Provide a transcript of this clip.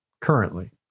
currently